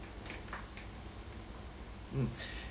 mm